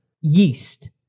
yeast